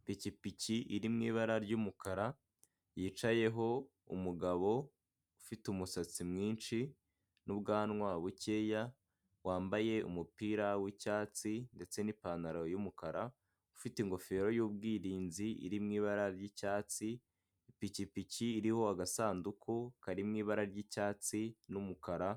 Ipikipiki iri mu ibara ry'umukara yicayeho umugabo ufite umusatsi mwinshi, n'ubwanwa bukeya wambaye umupira w'icyatsi ndetse n'ipantaro y'umukara, ufite ingofero y'ubwirinzi iri mu ibara ry'icyatsi; ipikipiki iriho agasanduku kari mu ibara ry'icyatsi n'umukara,